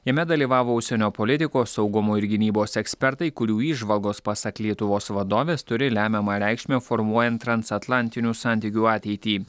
jame dalyvavo užsienio politikos saugumo ir gynybos ekspertai kurių įžvalgos pasak lietuvos vadovės turi lemiamą reikšmę formuojant transatlantinių santykių ateitį